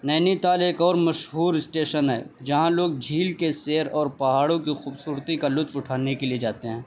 نینی تال ایک اور مشہور اسٹیشن ہے جہاں لوگ جھیل کے سیر اور پہاڑوں کی خوبصورتی کا لطف اٹھانے کے لیے جاتے ہیں